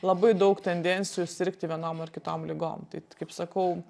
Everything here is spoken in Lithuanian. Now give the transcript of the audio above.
labai daug tendencijų sirgti vienom ar kitom ligom tai kaip sakau